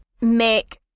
make